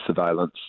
surveillance